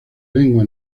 lengua